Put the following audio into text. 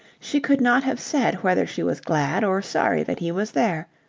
she could not have said whether she was glad or sorry that he was there.